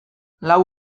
lau